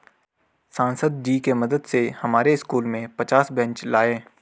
सांसद जी के मदद से हमारे स्कूल में पचास बेंच लाए